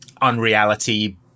unreality